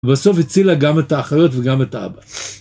ובסוף הצילה גם את האחיות וגם את האבא.